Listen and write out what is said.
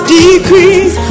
decrease